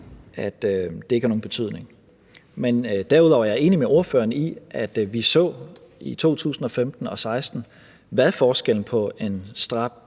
at det ikke har nogen betydning. Derudover er jeg enig med ordføreren i, at vi i 2015 og 2016 så, hvad forskellen på en stram